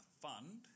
fund